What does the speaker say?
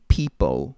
people